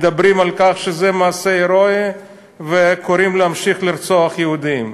מדברים על כך שזה מעשה הירואי וקוראים להמשיך לרצוח יהודים.